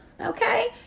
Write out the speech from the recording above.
Okay